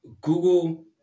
Google